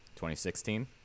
2016